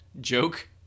joke